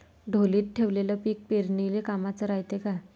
ढोलीत ठेवलेलं पीक पेरनीले कामाचं रायते का?